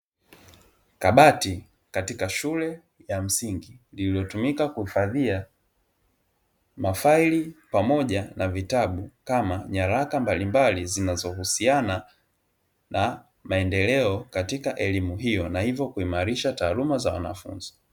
Kabati katika shule ya msingi lililotumika kuhifadhia mafaili pamoja na vitabu, kama nyaraka mbalimbali zinazohusiana na maendeleo, katika elimu hiyo na hivyo kuimarisha taaluma za wanafunzi.